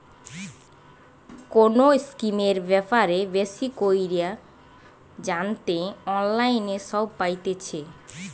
কোনো স্কিমের ব্যাপারে বেশি কইরে জানতে অনলাইনে সব পাইতেছে